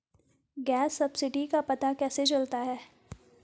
Gas subsidy का पता कैसे चलता है?